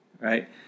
right